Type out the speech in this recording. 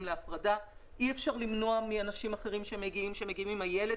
להפרדה אי אפשר למנוע מאנשים אחרים שמגיעים עם הילד